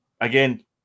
Again